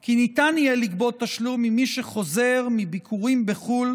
כי ניתן יהיה לגבות תשלום ממי שחוזר מביקורים בחו"ל